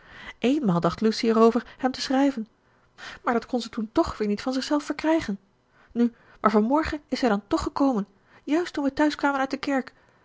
eenmaal dacht lucy erover hem te schrijven maar dat kon ze toen toch weer niet van zichzelf verkrijgen nu maar van morgen is hij dan toch gekomen juist toen wij thuiskwamen uit de kerk